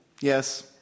yes